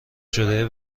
شده